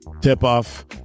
tip-off